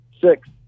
Six